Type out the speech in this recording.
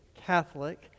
Catholic